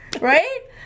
right